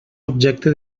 objecte